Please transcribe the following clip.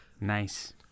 Nice